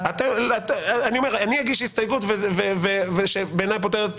אני אגיש הסתייגות שבעיניי פותרת את